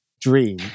dream